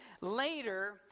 Later